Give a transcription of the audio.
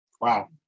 Wow